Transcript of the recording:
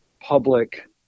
public